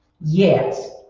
Yes